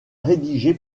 rédigé